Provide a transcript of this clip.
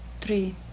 three